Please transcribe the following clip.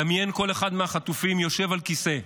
דמיין כל אחד מהחטופים יושב על כיסא.